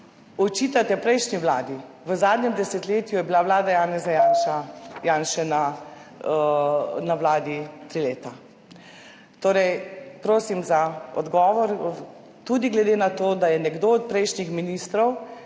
Očitate prejšnji vladi – v zadnjem desetletju je bila vlada Janeza Janše na vladi 3 leta. Prosim za odgovor tudi glede na to, da je nekdo od prejšnjih ministrov